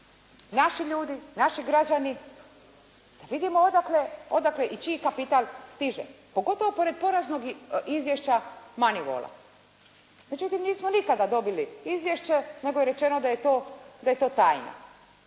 naši ljudi, naši građani, vidimo odakle i čiji kapital stiže. Pogotovo pored poraznog izvješća MONEYWALL-a. Međutim, nismo nikada dobili izvješće, nego je rečeno da je to tajna.